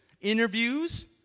interviews